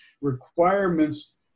requirements